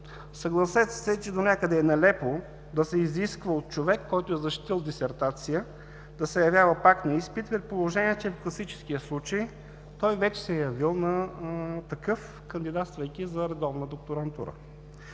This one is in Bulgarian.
Съгласете се, че донякъде е нелепо да се изисква от човек, който е защитил дисертация, да се явява пак на изпит, при положение че в класическия случай той вече се е явил на такъв, кандидатствайки за редовна докторантура.